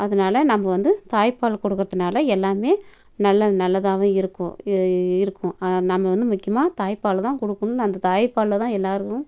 அதனால் நம்ம வந்து தாய்ப்பால் கொடுக்குறதுனால எல்லாமே நல்ல நல்லதாகவும் இருக்கும் இ இருக்கும் அதனால் நம்ம வந்து முக்கியமாக தாய்ப்பால் தான் கொடுக்கணும் அந்த தாய்ப்பால்ல தான் எல்லாருக்கும்